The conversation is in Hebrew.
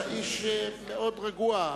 אתה איש מאוד רגוע.